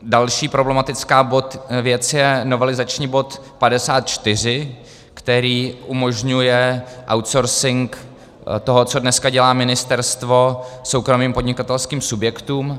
Další problematická věc je novelizační bod 54, který umožňuje outsourcing toho, co dneska dělá ministerstvo, soukromým podnikatelským subjektům.